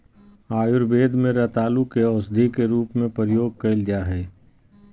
आयुर्वेद में रतालू के औषधी के रूप में प्रयोग कइल जा हइ